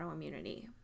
autoimmunity